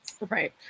Right